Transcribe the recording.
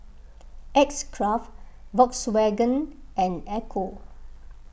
X Craft Volkswagen and Ecco